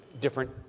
different